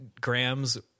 grams